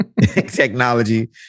technology